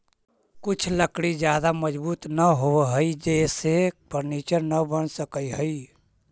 कुछ लकड़ी ज्यादा मजबूत न होवऽ हइ जेसे फर्नीचर न बन सकऽ हइ